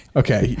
okay